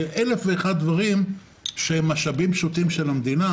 באלף ואחד דברים שהם משאבים של המדינה,